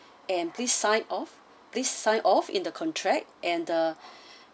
and please sign off please sign off in the contract and the